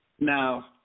Now